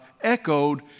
echoed